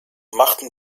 machten